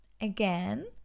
Again